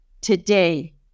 today